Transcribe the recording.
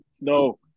No